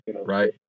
Right